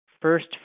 First